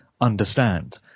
understand